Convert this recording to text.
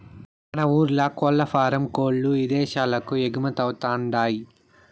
మన ఊర్ల కోల్లఫారం కోల్ల్లు ఇదేశాలకు ఎగుమతవతండాయ్